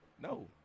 No